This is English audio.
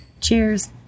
cheers